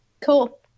cool